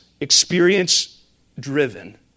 experience-driven